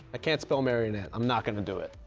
ah can't spell marionette, i'm not gonna do it.